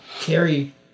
carry